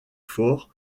fort